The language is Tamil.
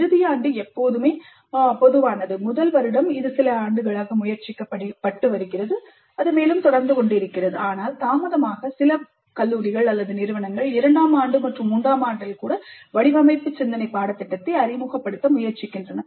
இறுதி ஆண்டு எப்போதுமே பொதுவானது முதல் வருடம் இது சில ஆண்டுகளாக முயற்சிக்கப்பட்டு வருகிறது அது மேலும் தொடர்கிறது ஆனால் தாமதமாக சில நிறுவனங்கள் இரண்டாம் ஆண்டு மற்றும் மூன்றாம் ஆண்டில் கூட வடிவமைப்பு சிந்தனை பாடத்திட்டத்தை அறிமுகப்படுத்த முயற்சிக்கின்றன